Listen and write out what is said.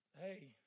Hey